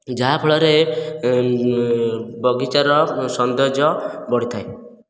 ଯାହାଫଳରେ ବଗିଚାର ସୌନ୍ଦର୍ଯ୍ୟ ବଢ଼ିଥାଏ